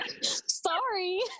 sorry